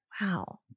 Wow